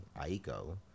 Aiko